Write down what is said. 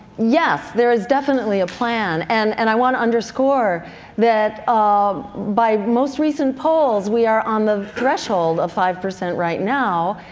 yes, there is definitely a plan, and and i want to underscore that um by most recent polls we are on the threshold of five percent right now.